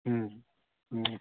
हुँ हुँ